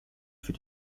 für